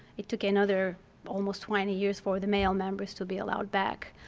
it took another almost twenty years for the male members to be allowed back.